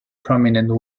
prominent